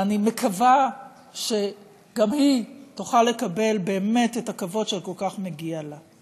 ואני מקווה שגם היא תוכל לקבל באמת את הכבוד שכל כך מגיע לה.